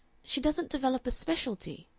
she doesn't develop a specialty.